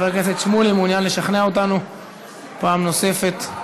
חבר הכנסת שמולי מעוניין לשכנע אותנו פעם נוספת.